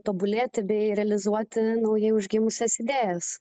tobulėti bei realizuoti naujai užgimusias idėjas